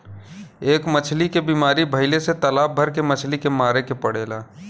एक मछली के बीमारी भइले से तालाब भर के मछली के मारे के पड़ेला